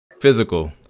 Physical